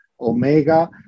Omega